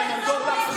אני אמדוד לך זמנים,